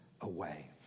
away